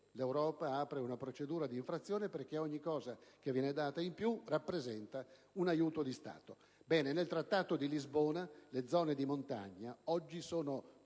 l'Europa apre una procedura di infrazione perché ogni finanziamento in più rappresenta un aiuto di Stato. Ebbene, nel Trattato di Lisbona le zone di montagna oggi sono